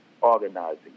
organizing